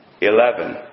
eleven